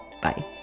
Bye